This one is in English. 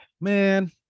man